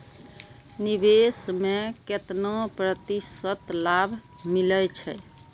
निवेश में केतना प्रतिशत लाभ मिले छै?